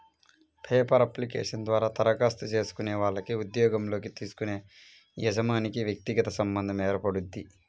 paper application ద్వారా దరఖాస్తు చేసుకునే వాళ్లకి ఉద్యోగంలోకి తీసుకునే యజమానికి వ్యక్తిగత సంబంధం ఏర్పడుద్ది